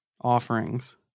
offerings